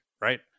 right